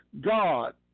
God